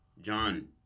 John